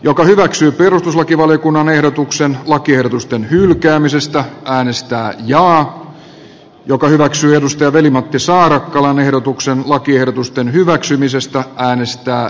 joka hyväksyy perustuslakivaliokunnan ehdotuksen lakiehdotusten hylkäämisestä äänestää jaa joka hyväksyy vesa matti saarakkalan ehdotuksen lakiehdotusten hyväksymisestä äänestää ei